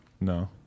No